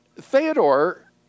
Theodore